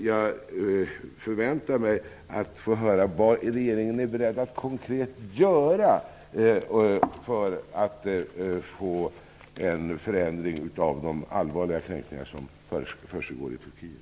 Jag förväntar mig att få höra vad regeringen konkret är beredd att göra för att få till stånd en förändring när det gäller de allvarliga kränkningar som försiggår i Turkiet.